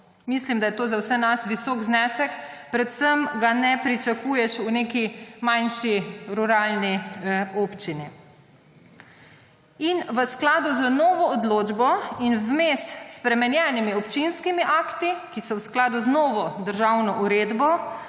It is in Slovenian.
Mislim, da je to za vse nas visok znesek, predvsem ga ne pričakuješ v neki manjši ruralni občini. V skladu z novo odločbo in vmes spremenjenimi občinskimi akti, ki so v skladu z novo državno uredbo,